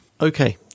okay